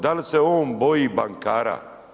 Da li se on boji bankara?